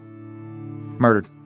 Murdered